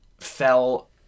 fell